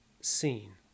seen